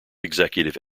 executive